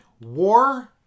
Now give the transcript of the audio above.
War